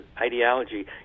ideology